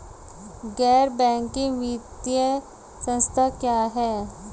गैर बैंकिंग वित्तीय संस्था क्या है?